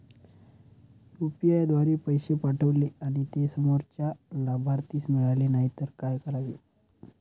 UPI द्वारे पैसे पाठवले आणि ते समोरच्या लाभार्थीस मिळाले नाही तर काय करावे?